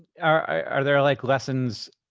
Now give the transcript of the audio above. are there, like, lessons?